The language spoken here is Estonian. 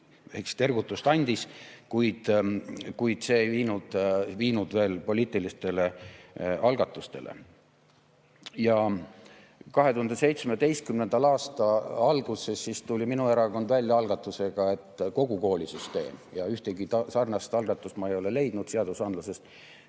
ergutust andis, kuid see ei viinud veel poliitilistele algatustele. 2017. aasta alguses tuli minu erakond välja algatusega, et kogu koolisüsteem – ühtegi sarnast algatus ma ei ole seadusandlusest